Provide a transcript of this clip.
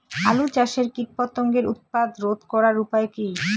আলু চাষের কীটপতঙ্গের উৎপাত রোধ করার উপায় কী?